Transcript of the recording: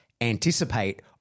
anticipate